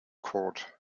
court